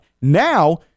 Now